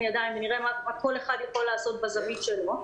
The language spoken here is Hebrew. ידיים ונראה מה כל אחד יכול לעשות בזווית שלו,